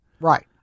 Right